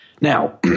now